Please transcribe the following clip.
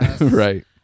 right